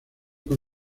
con